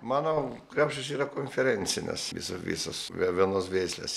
manau kriaušės yra konferencinės visą visos vie vienos veislės